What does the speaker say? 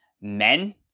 men